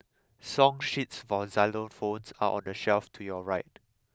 song sheets for xylophones are on the shelf to your right